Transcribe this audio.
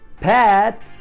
Pat